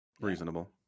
Reasonable